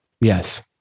Yes